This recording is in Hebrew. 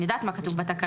אני יודעת מה כתוב בהן,